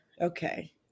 okay